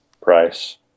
price